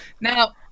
Now